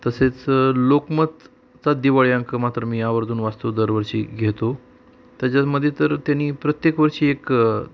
तसेच लोकमतचा दिवाळी अंक मात्र मी आवर्जून वाचतो दरवर्षी घेतो त्याच्यामध्ये तर त्यानी प्रत्येक वर्षी एक